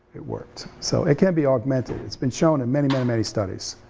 it worked, so it can be augmented, its been shown in many, many, many studies.